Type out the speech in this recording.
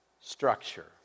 structure